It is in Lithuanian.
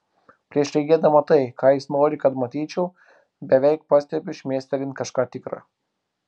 prieš regėdama tai ką jis nori kad matyčiau beveik pastebiu šmėstelint kažką tikra